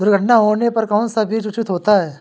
दुर्घटना होने पर कौन सा बीमा उचित होता है?